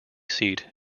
seat